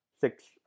six